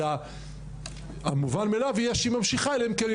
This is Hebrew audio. אלא המובן מאליו שהיא ממשיכה אלא אם כן,